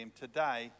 Today